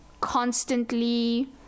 constantly